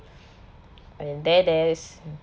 and there there's